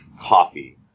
coffee